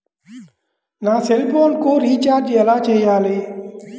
నా సెల్ఫోన్కు రీచార్జ్ ఎలా చేయాలి?